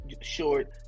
short